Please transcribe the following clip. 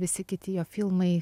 visi kiti jo filmai